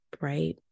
right